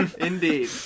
Indeed